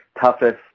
toughest